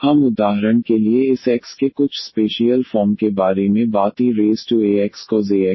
अब हम उदाहरण के लिए इस x के कुछ स्पेशियल फॉर्म के बारे में बात eax cosaxsin